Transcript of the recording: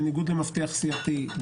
בניגוד למפתח סיעתי,